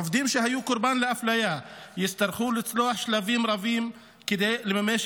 עובדים שהיו קורבן לאפליה יצטרכו לצלוח שלבים רבים כדי לממש